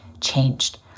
changed